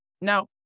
Now